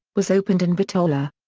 was opened in bitola.